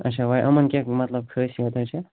اَچھا وۅنۍ یِمَن کیٛاہ مطلب خٲصیتا چھِ